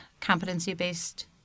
competency-based